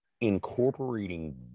incorporating